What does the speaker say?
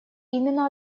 именно